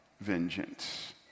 vengeance